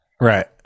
Right